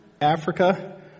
Africa